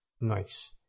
Nice